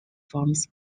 forms